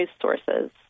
sources